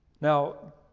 Now